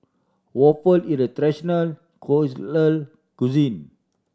waffle is a traditional cuisine